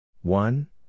One